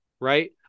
right